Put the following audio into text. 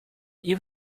you